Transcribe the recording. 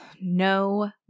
no